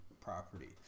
property